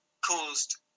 caused